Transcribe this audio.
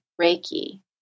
Reiki